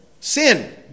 Sin